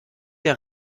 der